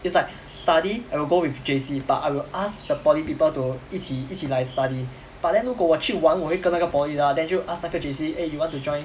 it's like study I will go with J_C but I will ask the poly people to 一起一起来 study but then 如果我去玩我会跟那个 poly lah then 就 ask 那个 J_C eh you want to join